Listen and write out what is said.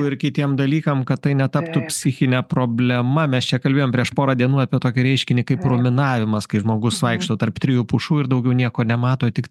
ir kitiem dalykam kad tai netaptų psichine problema mes čia kalbėjom prieš porą dienų apie tokį reiškinį kaip ruminavimas kai žmogus vaikšto tarp trijų pušų ir daugiau nieko nemato tik